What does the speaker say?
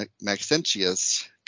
Maxentius